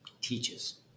teaches